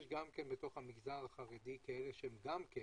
יש גם כן במגזר החרדי כאלה שהם גם כן